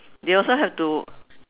they also have to